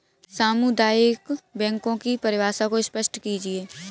सामुदायिक बैंकों की परिभाषा को स्पष्ट कीजिए?